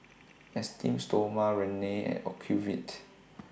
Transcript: Esteem Stoma Rene and Ocuvite